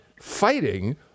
fighting